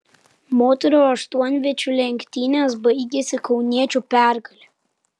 moterų aštuonviečių lenktynės baigėsi kauniečių pergale